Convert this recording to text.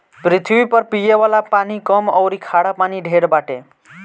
पृथ्वी पर पिये वाला पानी कम अउरी खारा पानी ढेर बाटे